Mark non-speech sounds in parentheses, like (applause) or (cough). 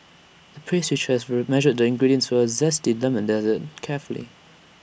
the pastry chef (unintelligible) measured the ingredients for A Zesty Lemon desert carefully